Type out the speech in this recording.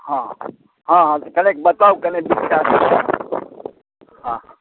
हॅं हॅं कनेक बताऊ कने हॅं